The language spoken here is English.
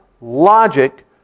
logic